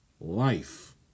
life